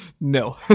No